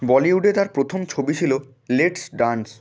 বলিউডে তার প্রথম ছবি ছিলো লেটস ডান্স